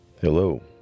Hello